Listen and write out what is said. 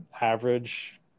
average